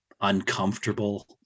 uncomfortable